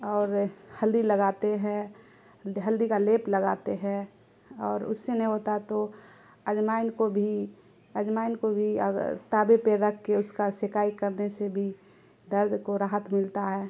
اور ہلدی لگاتے ہے ہلدی کا لیپ لگاتے ہے اور اس سے نہیں ہوتا تو اجوائن کو بھی اجوائن کو بھی اگر تاوے پہ رکھ کے اس کا سیکائی کرنے سے بھی درد کو راحت ملتا ہے